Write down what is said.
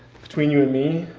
between you and me.